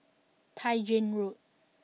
Tai Gin Road